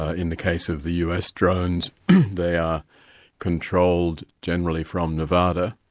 ah in the case of the us drones they are controlled generally from nevada,